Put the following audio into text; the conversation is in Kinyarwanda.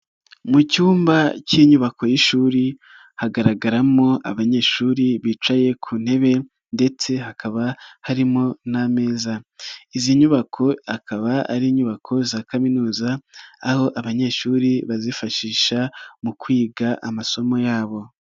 Mu cyumba k'inyubako y'ishuri hagaragaramo abanyeshuri bicaye ku ntebe ndetse hakaba harimo n'ameza, izi nyubako akaba ari inyubako za kaminuza aho abanyeshuri bazifashisha mu kwiga amasomo yabo.